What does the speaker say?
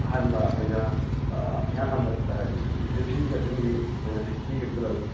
ꯑꯍꯥꯟꯕ ꯑꯩꯈꯣꯏꯅ ꯏꯍꯥꯟ ꯍꯥꯟꯕ ꯍꯥꯏꯗꯤ ꯑꯦꯟꯇ꯭ꯔꯤ ꯐꯤ ꯈꯛꯇꯪꯗꯤ ꯑꯩꯈꯣꯏꯅ ꯐꯤꯐꯇꯤ ꯈꯛꯇ ꯂꯧꯏ